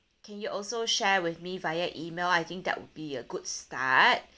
can you also share with me via email I think that would be a good start